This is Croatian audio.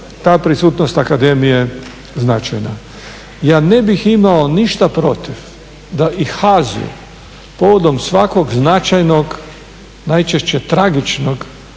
ta prisutnost akademije značajna. Ja ne bih imao ništa protiv da i HAZU povodom svakog značajnog najčešće tragičnog